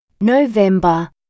November